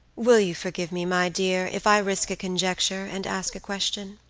will you forgive me, my dear, if i risk a conjecture, and ask a question?